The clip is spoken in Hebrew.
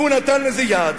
והוא נתן לזה יד,